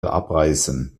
abreißen